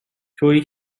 طوری